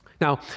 Now